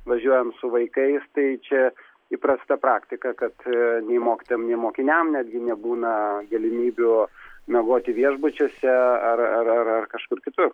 važiuojam su vaikais tai čia įprasta praktika kad nei mokytojam nei mokiniam netgi nebūna galimybių miegoti viešbučiuose ar ar ar kažkur kitur